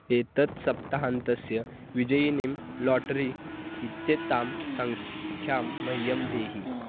एतत् सप्तहान्तस्य विजयिनिं लाटरि इत्येतां सङ्ख्यां मह्यं देहि